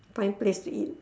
find place to eat